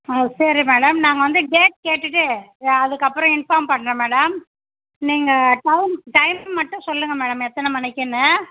ஆ சரி மேடம் நாங்கள் வந்து டேட் கேட்டுவிட்டு அதுக்கு அப்புறம் இன்ஃபார்ம் பண்ணுறோம் மேடம் நீங்கள் டைம் டைம் மட்டும் சொல்லுங்க மேடம் எத்தனை மணிக்குன்னு